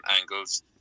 angles